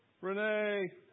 Renee